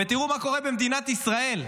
תראו מה קורה במדינת ישראל: